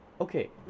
okay